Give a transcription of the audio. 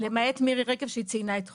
למעט מירי רגב שציינה את חו"ל.